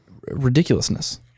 ridiculousness